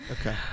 Okay